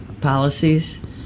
policies